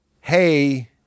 Hey